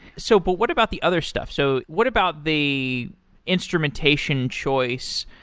so but what about the other stuff? so what about the instrumentation choice?